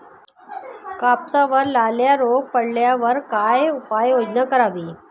कापसावर लाल्या रोग पडल्यावर काय उपाययोजना करावी?